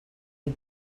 had